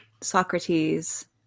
socrates